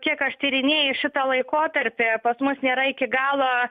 kiek aš tyrinėju šitą laikotarpį pas mus nėra iki galo